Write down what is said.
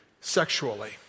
sexually